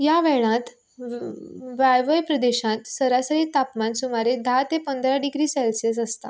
ह्या वेळांत वाळवय प्रदेशांत सरासरी तापमान सुमारे धा ते पंदरा डिग्री सेल्सियस आसता